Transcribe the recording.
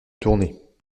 tournée